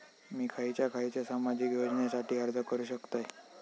मी खयच्या खयच्या सामाजिक योजनेसाठी अर्ज करू शकतय?